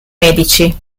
medici